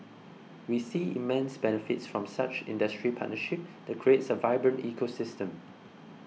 we see immense benefits from such industry partnership that creates a vibrant ecosystem